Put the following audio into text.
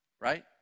Right